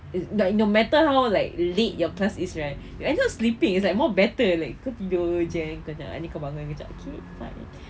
it's no matter how like late your class is right I just sleeping is like more better like kau tidur jeng kau nak nanti kau bangun kau cakap okay fine